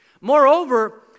Moreover